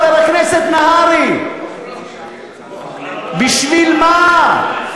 חבר הכנסת נהרי, בשביל מה?